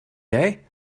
day